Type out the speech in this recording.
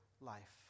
life